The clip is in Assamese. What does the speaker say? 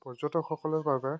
পৰ্যটকসকলৰ বাবে